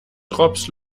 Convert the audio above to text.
drops